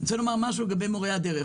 אני רוצה לומר משהו לגבי מורי הדרך.